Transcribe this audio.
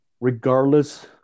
regardless